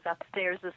upstairs